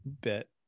bit